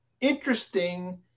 interesting